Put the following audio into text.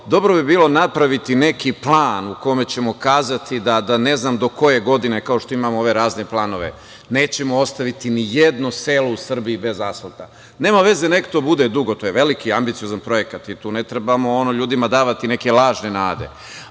dobro bi bilo napraviti neki plan u kome ćemo kazati da ne znam do koje godine, kao što imamo ove razne planove, nećemo ostaviti nijedno selo u Srbiji bez asfalta. Nema veze nek to bude dugo, to je veliki ambiciozan projekat i tu ne trebamo ono ljudima davati neke lažne nade,